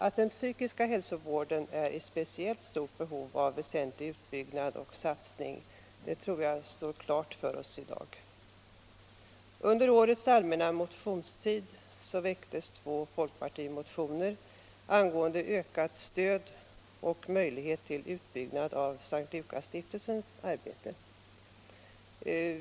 Att den psykiska hälsovården är i speciellt stort behov av utbyggnad och satsning på väsentliga områden tror jag står klart för oss i dag. Under årets allmänna motionstid väcktes två folkpartimotioner angående ökat stöd och möjligheter till utbyggnad av S:t Lukasstiftelsens arbete.